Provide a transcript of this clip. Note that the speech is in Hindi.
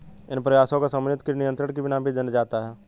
इनके प्रयासों को समन्वित कीट नियंत्रण का नाम भी दिया जाता है